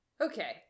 Okay